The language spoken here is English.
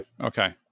Okay